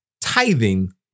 tithing